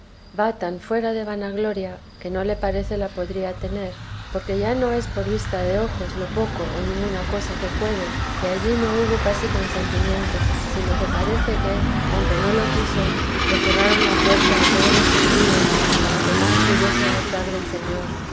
tan fuera de vanagloria que no le parece la podría tener porque ya es por vista de ojos lo poco o ninguna cosa que puede que allí no hubo casi consentimiento sino que parece que aunque no quiso le cerraron la puerta a todos los sentidos para que más pudiese gozar del señor